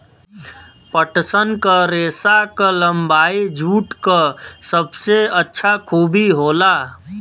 पटसन क रेसा क लम्बाई जूट क सबसे अच्छा खूबी होला